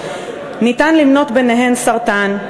וביניהן ניתן למנות סרטן,